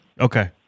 Okay